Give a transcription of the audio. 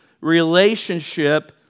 relationship